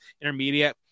intermediate